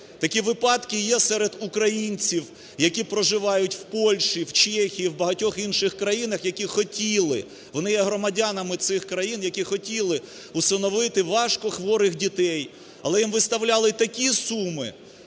Такі випадки є серед українців, які проживають в Польщі, в Чехії, в багатьох інших країнах, які хотіли, вони є громадянами цих країн, які хотіли всиновити важко хворих дітей, але їм виставляли такі суми,